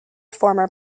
former